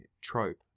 trope